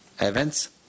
events